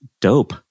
dope